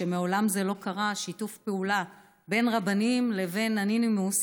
מעולם לא קרה שיתוף פעולה בין רבנים לבין אנונימוס.